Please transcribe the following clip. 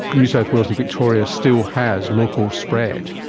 new south wales and victoria still has local spread.